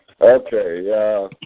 Okay